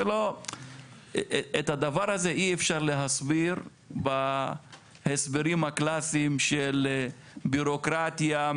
את הדבר הזה אי אפשר להסביר בהסברים הקלאסיים של בירוקרטיה,